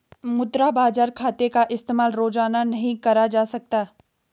मुद्रा बाजार खाते का इस्तेमाल रोज़ाना नहीं करा जा सकता